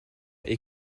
est